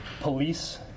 Police